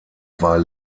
war